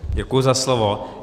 Děkuji za slovo.